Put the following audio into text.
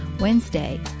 Wednesday